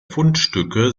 fundstücke